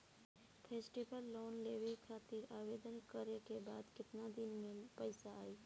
Festival loan लेवे खातिर आवेदन करे क बाद केतना दिन म पइसा आई?